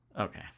Okay